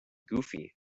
goofy